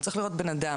צריך לראות בן-אדם,